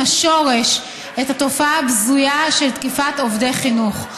השורש את התופעה הבזויה של תקיפת עובדי חינוך.